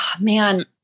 Man